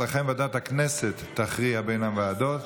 לכן ועדת הכנסת תכריע בין הוועדות